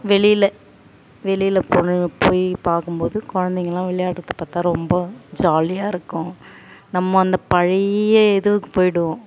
வெளியில் வெளியில் போகணும் போய் பார்க்கும்போது குழந்தைங்களா விளையாடுறத பார்த்தா ரொம்ப ஜாலியாக இருக்கும் நம்ம அந்த பழைய இதுக்கு போயிடுவோம்